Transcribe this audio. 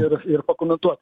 ir ir pakomentuot